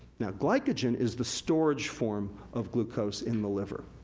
now, glycagen is the storage form of glucose in the liver.